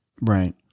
Right